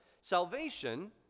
salvation